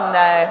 no